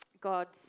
God's